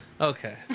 Okay